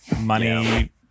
money